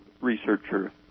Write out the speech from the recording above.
researcher